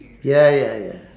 ya ya ya